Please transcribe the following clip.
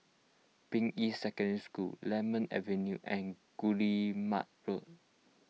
Ping Yi Secondary School Lemon Avenue and Guillemard Road